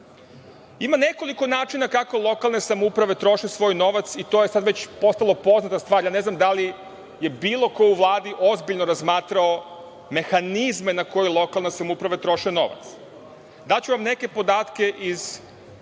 nekoliko načina kako lokalne samouprave troše svoj novac i to je sad postalo poznata stvar. Ne znam da li je bilo ko u Vladi ozbiljno razmatrao mehanizme na koje lokalne samouprave troše novac. Daću vam neke podatke iz